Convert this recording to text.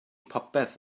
popeth